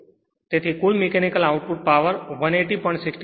તેથી કુલ mechanical output પછી 18